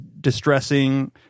distressing